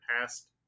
past